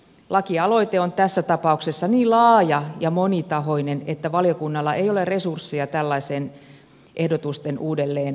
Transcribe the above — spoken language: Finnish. lakialoite on tässä tapauksessa niin laaja ja monitahoinen että valiokunnalla ei ole resursseja tällaiseen ehdotusten uudelleen laatimiseen